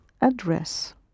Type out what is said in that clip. address